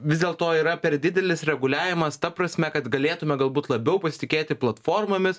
vis dėlto yra per didelis reguliavimas ta prasme kad galėtume galbūt labiau pasitikėti platformomis